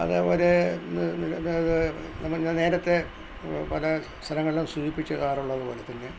അതേപോലെ ഞാൻ നേരത്തെ പല സ്ഥലങ്ങളിലും സൂചിപ്പിച്ചിടാറുള്ളത് പോലെത്തന്നെ